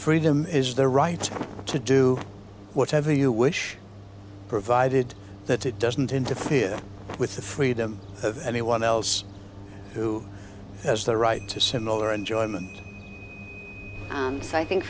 freedom is the right to do whatever you wish provided that it doesn't interfere with the freedom of anyone else who has the right to similar enjoyment and so i think